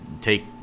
take